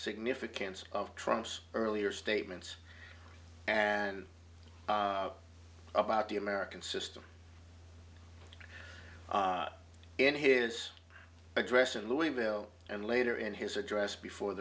significance of trunks earlier statements and about the american system in his address in louisville and later in his address before